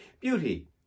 beauty